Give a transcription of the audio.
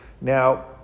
Now